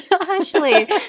Ashley